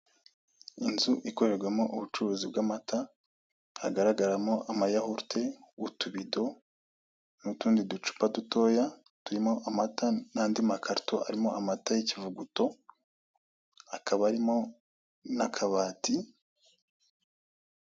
Inzu ikorerwamo ubucuruzi bw'amata, hagaragaramo amayawurute, utubido n'utundi ducupa dutoya turimo amata, n'andi makarito arimo amata y'ikivuguto, hakaba harimo n'akabati.